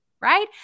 right